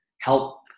help